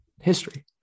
history